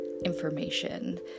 information